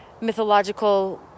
mythological